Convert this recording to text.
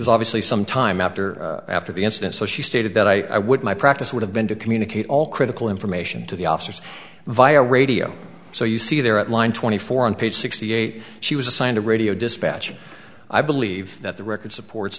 was obviously some time after after the incident so she stated that i would my practice would have been to communicate all critical information to the officers via radio so you see there at line twenty four on page sixty eight she was assigned a radio dispatcher i believe that the record supports